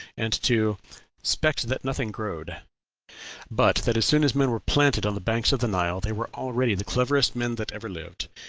and to spect that nothing growed but that as soon as men were planted on the banks of the nile they were already the cleverest men that ever lived,